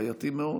בעייתי מאוד.